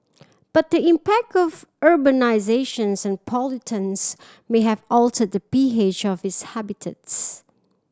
but impact of urbanisation and pollutants may have altered the P H of its habitats